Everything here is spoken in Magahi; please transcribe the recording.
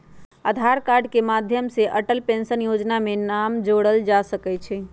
आधार कार्ड के माध्यम से अटल पेंशन जोजना में नाम जोरबायल जा सकइ छै